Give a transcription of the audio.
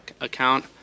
account